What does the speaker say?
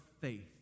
faith